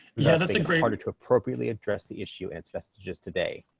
yeah that's a great harder to appropriately address the issue and its vestiges today.